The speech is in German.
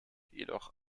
jedoch